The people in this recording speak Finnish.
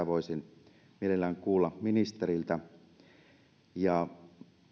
voisin mielellään kuulla ministeriltä